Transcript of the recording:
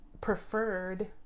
preferred